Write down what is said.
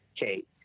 Kate